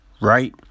right